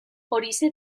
horixe